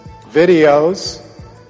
videos